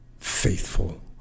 Faithful